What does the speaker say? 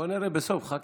בוא נראה בסוף, חכה.